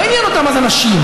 לא עניינו אותם אז הנשים,